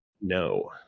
no